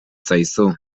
zaizu